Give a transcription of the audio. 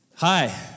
Hi